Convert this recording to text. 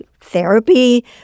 therapy